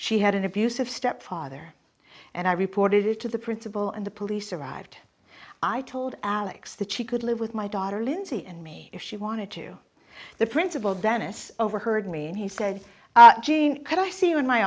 she had an abusive stepfather and i reported it to the principal and the police arrived i told alex that she could live with my daughter lindsay and me if she wanted to the principal dennis overheard me and he said jean could i see you in my